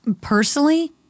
personally